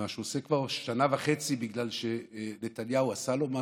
מה שהוא עושה כבר שנה וחצי בגלל שנתניהו עשה לו משהו,